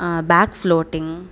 back floating